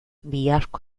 biharko